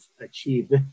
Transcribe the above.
achieved